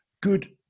good